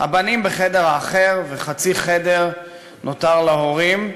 הבנים בחדר האחר, וחצי חדר נותר להורים.